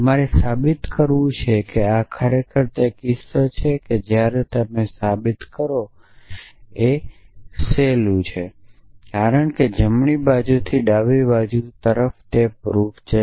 તમારે સાબિત કરવું છે કે આ ખરેખર તે કિસ્સા છે જ્યારે તમે આ સાબિત કરો ત્યારે આ સાબિત કરવું સહેલું છે કારણ કે જમણી બાજુથી ડાબી બાજુ તે સાબિત થશે